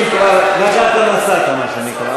"נגעת, נסעת", מה שנקרא.